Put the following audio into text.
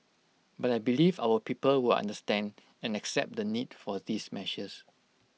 but I believe our people will understand and accept the need for these measures